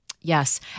Yes